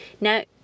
Now